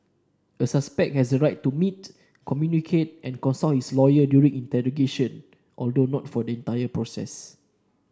a suspect has the right to meet communicate and consult his lawyer during interrogation although not for the entire process